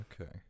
Okay